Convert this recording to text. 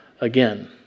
again